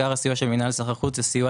עיקר הסיוע של מינהל סחר חוץ הוא סיוע